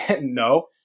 no